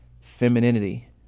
femininity